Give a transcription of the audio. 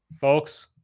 folks